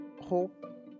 hope